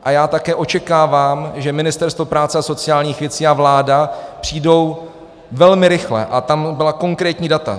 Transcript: A já také očekávám, že Ministerstvo práce a sociálních věcí a vláda přijdou velmi rychle, a tam byla konkrétní data.